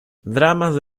dramas